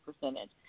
percentage